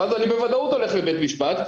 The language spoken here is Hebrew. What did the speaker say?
ואז אני בוודאות הולך לבית משפט,